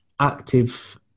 active